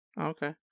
Okay